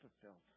fulfilled